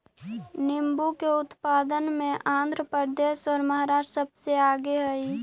नींबू के उत्पादन में आंध्र प्रदेश और महाराष्ट्र सबसे आगे हई